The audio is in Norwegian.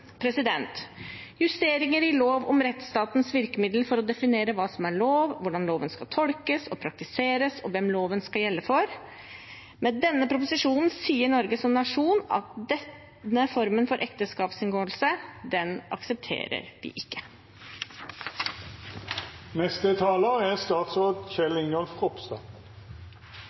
justeringer i lov om rettsstatens virkemiddel for å definere hva som er lov, hvordan loven skal tolkes og praktiseres, og hvem loven skal gjelde for. Med denne proposisjonen sier Norge som nasjon at denne formen for ekteskapsinngåelse aksepterer vi ikke. Barneekteskap er